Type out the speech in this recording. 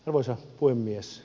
arvoisa puhemies